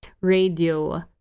radio